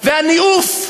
והניאוף,